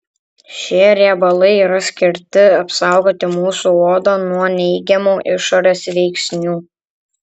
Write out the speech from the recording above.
šie riebalai yra skirti apsaugoti mūsų odą nuo neigiamų išorės veiksnių